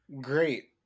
Great